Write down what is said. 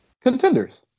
Contenders